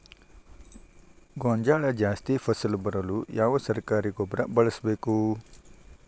ಗೋಂಜಾಳ ಜಾಸ್ತಿ ಫಸಲು ಬರಲು ಯಾವ ಸರಕಾರಿ ಗೊಬ್ಬರ ಬಳಸಬೇಕು?